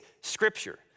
scripture